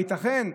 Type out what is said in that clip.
הייתכן?